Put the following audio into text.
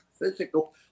physical